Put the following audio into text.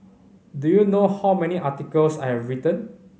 do you know how many articles I've written